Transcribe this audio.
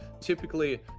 typically